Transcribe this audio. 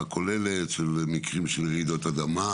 הכוללת, כמו מקרים של רעידות אדמה,